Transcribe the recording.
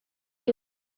you